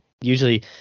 usually